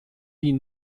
wie